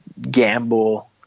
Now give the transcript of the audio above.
gamble